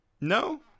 No